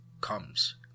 comes